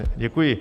Děkuji.